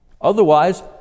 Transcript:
Otherwise